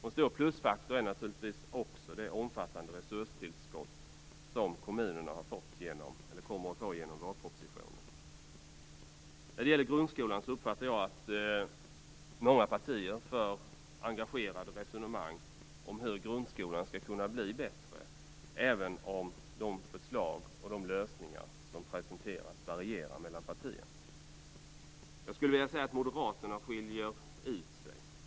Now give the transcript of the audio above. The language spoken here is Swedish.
En stor plusfaktor är naturligtvis också det omfattande resurstillskott som kommunerna kommer att få genom vårpropositionen. När det gäller grundskolan uppfattar jag att många partier för engagerade resonemang om hur grundskolan skall kunna bli bättre, även om de förslag och lösningar som presenteras varierar mellan partierna. Jag skulle vilja säga att moderaterna skiljer ut sig.